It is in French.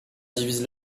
divise